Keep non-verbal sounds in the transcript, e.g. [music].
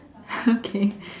[laughs] okay